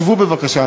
שבו בבקשה,